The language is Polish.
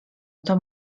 oto